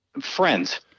Friends